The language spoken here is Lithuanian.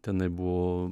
tenai buvo